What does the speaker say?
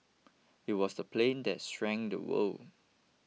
it was the plane that shrank the world